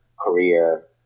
career